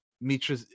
mitra